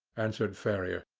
answered ferrier.